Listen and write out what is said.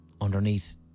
underneath